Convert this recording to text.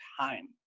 time